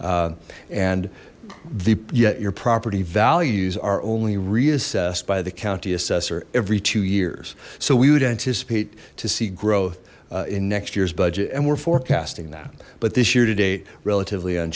and the yet your property values are only reassessed by the county assessor every two years so we would anticipate to see growth in next year's budget and we're forecasting that but this year to date relatively